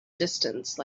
distance